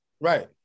Right